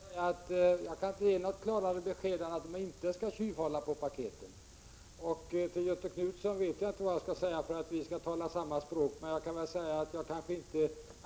Fru talman! Jag kan inte, Karl Erik Eriksson, ge något klarare besked än att de inte skall tjuvhålla på paketen. Till Göthe Knutson vet jag inte vad jag skall säga för att vi skall tala samma språk.